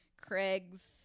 Craig's